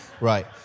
Right